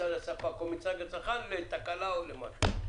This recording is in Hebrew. מצד הספק או מצד הצרכן לתקלה או למשהו.